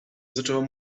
zaczęła